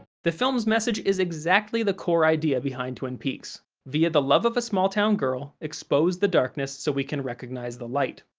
the film's message is exactly the core idea behind twin peaks via the love of a small town girl, expose the darkness so we can recognize the light.